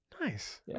Nice